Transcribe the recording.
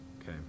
okay